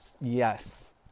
Yes